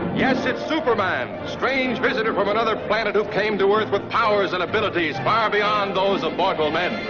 yes, it's superman strange visitor from another planet who came to earth with powers and abilities far beyond those of mortal men.